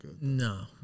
No